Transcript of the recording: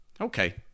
Okay